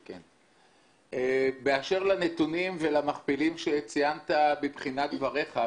באשר לנתונים ולמכפילים שציינת בתחילת דבריך,